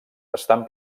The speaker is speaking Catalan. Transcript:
estan